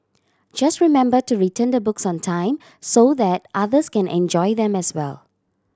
just remember to return the books on time so that others can enjoy them as well